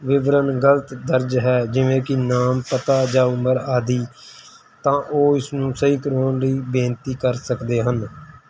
ਵਿਵਰਨ ਗਲਤ ਦਰਜ ਹੈ ਜਿਵੇਂ ਕਿ ਨਾਮ ਪਤਾ ਜਾਂ ਉਮਰ ਆਦਿ ਤਾਂ ਉਹ ਇਸਨੂੰ ਸਹੀ ਕਰਵਾਉਣ ਲਈ ਬੇਨਤੀ ਕਰ ਸਕਦੇ ਹਨ